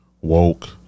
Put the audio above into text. woke